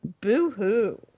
Boo-hoo